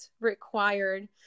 required